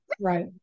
Right